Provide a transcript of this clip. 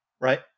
right